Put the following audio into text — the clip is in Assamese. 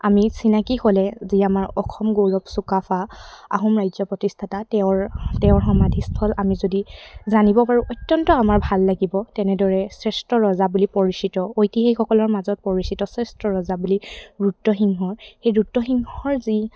আমি চিনাকী হ'লে যি আমাৰ অসম গৌৰৱ চুকাফা আহোম ৰাজ্য প্ৰতিষ্ঠাতা তেওঁৰ তেওঁৰ সমাধিস্থল আমি যদি জানিব পাৰোঁ অত্যন্ত আমাৰ ভাল লাগিব তেনেদৰে শ্ৰেষ্ঠ ৰজা বুলি পৰিচিত ঐতিহাসিকসকলৰ মাজত পৰিচিত শ্ৰেষ্ঠ ৰজা বুলি ৰুদ্ৰসিংহৰ সেই ৰুদ্ৰসিংহৰ যি